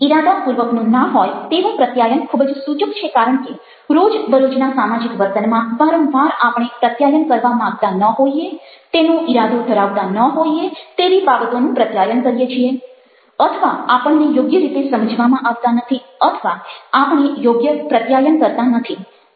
ઇરાદાપૂર્વકનું ન હોય તેવું પ્રત્યાયન ખૂબ જ સૂચક છે કારણ કે રોજ બ રોજના સામાજિક વર્તનમાં વારંવાર આપણે પ્રત્યાયન કરવા માંગતા ન હોઇએ તેનો ઇરાદો ધરાવતા ન હોઇએ તેવી બાબતોનું પ્રત્યાયન કરીએ છીએ અથવા આપણને યોગ્ય રીતે સમજવામાં આવતા નથી અથવા આપણે યોગ્ય પ્રત્યાયન કરતા નથી